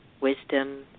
wisdom